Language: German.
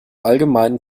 allgemeinen